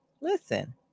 listen